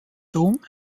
dom